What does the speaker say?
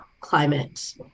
climate